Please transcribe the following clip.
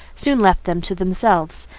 soon left them to themselves.